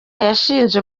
yashinze